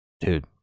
Dude